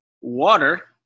water